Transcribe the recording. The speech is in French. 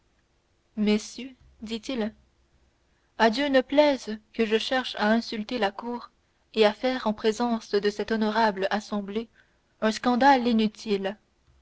messieurs dit-il à dieu ne plaise que je cherche à insulter la cour et à faire en présence de cette honorable assemblée un scandale inutile